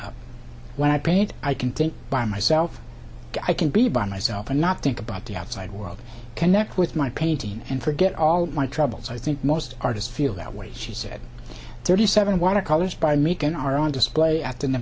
up when i paint i can think by myself i can be by myself and not think about the outside world connect with my painting and forget all my troubles i think most artists feel that way she said thirty seven water colors by making are on display a